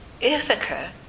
Ithaca